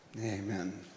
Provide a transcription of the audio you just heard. amen